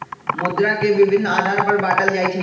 मुद्रा के विभिन्न आधार पर बाटल जाइ छइ